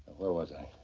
where was i?